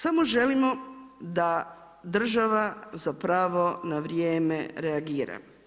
Samo želimo da država zapravo na vrijeme reagira.